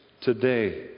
today